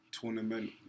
tournament